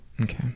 Okay